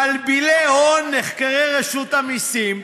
מלביני הון נחקרי רשות המיסים,